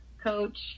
coach